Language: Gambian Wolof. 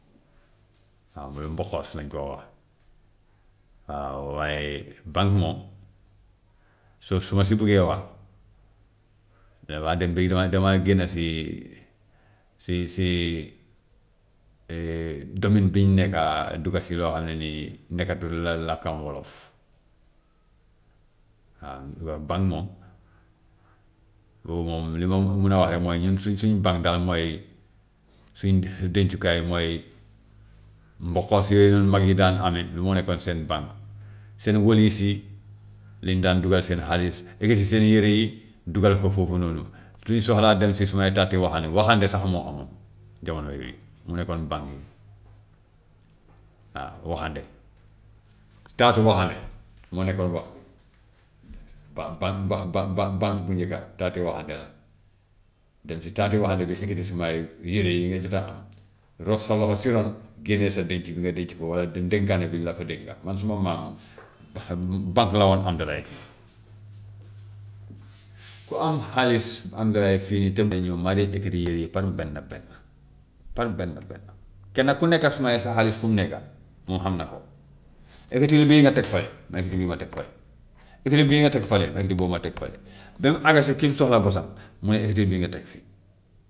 Waaw mu ne mboxoos lañu koo wax, waaw waaye bànk moom so su ma si buggee wax damay dem be damaa damaa génn si si si domaine bi ñu nekka dugga si lo xam ne nii nekkatul la-làkkam wolof. Waaw yoo bank moom boobu moom li ma mun a wax rek mooy ñun suñ suñ bànk daal mooy suñ dencukaay mooy mboxoos yooyu noonu mag yi daan ame bi mu nekkoon seen bànk, seen wólis yi, li ñu daan duggal seen xaalis, ekkati seen yére yi duggal ko foofu noonu, su ñu soxlaa dem si sumay taati waxande, waxande sax moo amoon jamono yooyu, mu nekkoon bànk yi, waaw waxande, taatu waxande moo nekkoon ba-ba- ba- ba- bànk bu njëkka taati waxande la. Dem si taati waxande bi ëkkati sumay yére yi nga jot a am, roof sa loxo si ron génne sa denc bi nga denc foofu, walla ndenkaane bi ñu la fa dénka. Man suma maam ba- bànk la woon ku am xaalis par benn-benn, par benn-benn, kenn ku nekk sumay sa xaalis fu mu nekka moom xam na ko ekkatil bii nga teg fële ma ekkati bii ma teg fële, ekkatil bii nga teg fële ma ekkati boobu ma teg fële ba mu àgga si ki mu soxla bosam mu ne ekkatil bii nga teg fii.